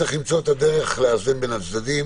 צריך למצוא את הדרך לאזן בין הצדדים,